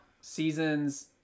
seasons